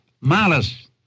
malice